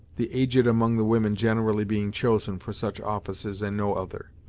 the aged among the women generally being chosen for such offices and no other.